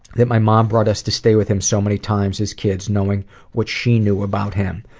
that my mom brought us to stay with him so many times as kids, knowing what she knew about him.